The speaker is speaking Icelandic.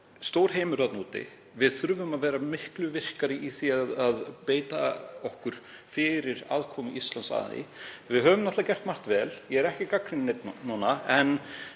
stór heimur þarna úti. Við þurfum að vera miklu virkari í því að beita okkur fyrir aðkomu Íslands. Við höfum gert margt vel, ég er ekki að gagnrýna neinn núna, en